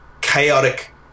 chaotic